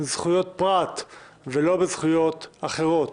בזכויות פרט ולא בזכויות אחרות.